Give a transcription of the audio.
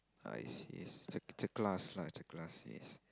ah I see I see it's a it's a class lah it's a class yes